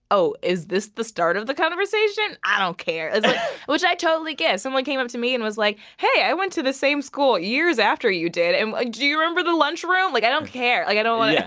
oh, is this the start of the conversation? i don't care. it's, like which i totally get. if someone came up to me and was like, hey, i went to the same school years after you did. and do you remember the lunchroom? like, i don't care. like, i don't want. yeah